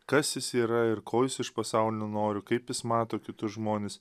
kas jis yra ir ko jis iš pasaulio noriu kaip jis mato kitus žmones